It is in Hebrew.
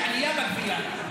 יש עלייה בגבייה.